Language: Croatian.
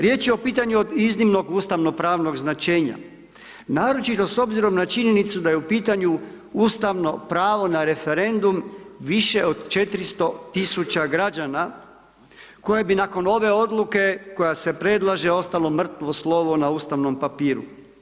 Riječ je o pitanju od iznimnog ustavno pravnog značenja, naročito s obzirom na činjenicu da je u pitanju ustavno pravo na referendum više od 400 000 građana koje bi nakon ove odluke koja se predlaže, ostalo mrtvo slovo na ustavnom papiru.